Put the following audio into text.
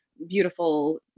beautiful